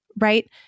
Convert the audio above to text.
right